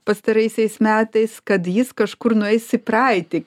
pastaraisiais metais kad jis kažkur nueis į praeitį